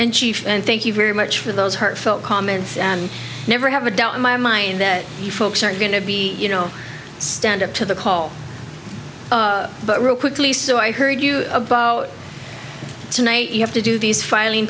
you and thank you very much for those heartfelt comments and never have a doubt in my mind that you folks are going to be you know stand up to the call but real quickly so i heard you about tonight you have to do these filing